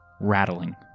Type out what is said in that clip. rattling